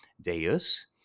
Deus